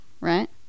right